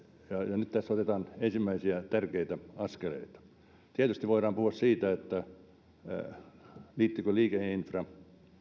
ja nyt tässä otetaan ensimmäisiä tärkeitä askeleita tietysti voidaan puhua siitä liittyykö liikenneinfra